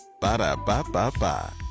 Ba-da-ba-ba-ba